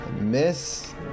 Miss